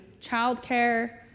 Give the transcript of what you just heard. childcare